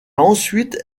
ensuite